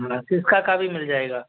हाँ सिसका का भी मिल जाएगा